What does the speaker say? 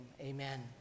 amen